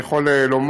אני יכול לומר,